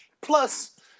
Plus